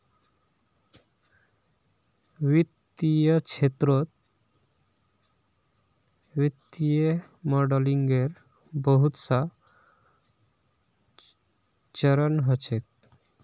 वित्तीय क्षेत्रत वित्तीय मॉडलिंगेर बहुत स चरण ह छेक